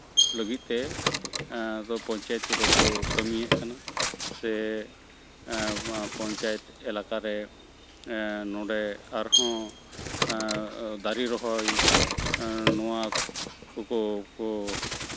ᱞᱟᱹᱜᱤᱫ ᱛᱮ ᱯᱚᱧᱟᱭᱮᱛ ᱠᱚᱫᱚ ᱠᱚ ᱠᱟᱹᱢᱤᱭᱮᱫ ᱠᱟᱱᱟ ᱥᱮ ᱯᱚᱧᱪᱟᱭᱮᱛ ᱮᱞᱟᱠᱟᱮ ᱱᱚᱰᱮ ᱟᱨᱦᱚᱸ ᱫᱟᱨᱮ ᱨᱚᱦᱚᱭ ᱱᱚᱣᱟ ᱠᱚᱠᱚ ᱠᱚ